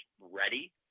ready